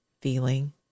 feeling